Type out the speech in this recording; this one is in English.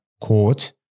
court